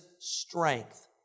strength